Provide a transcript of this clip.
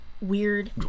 weird